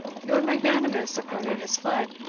your magnanimous opponent has fled,